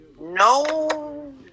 No